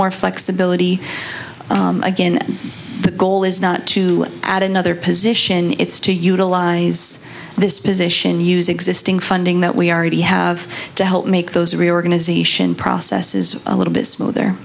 more flexibility again the goal is not to add another position it's to utilize this position use existing funding that we are already have to help make those reorganization process is a little bit smoother